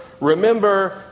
Remember